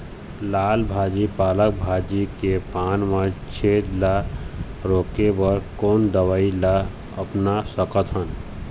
लाल भाजी पालक भाजी के पान मा छेद ला रोके बर कोन दवई ला अपना सकथन?